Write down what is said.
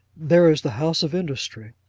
there is the house of industry.